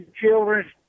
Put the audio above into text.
Children